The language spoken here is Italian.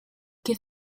che